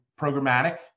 programmatic